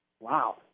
Wow